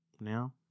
now